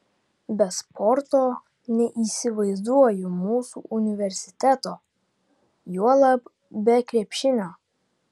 be sporto neįsivaizduoju mūsų universiteto juolab be krepšinio